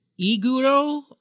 Iguro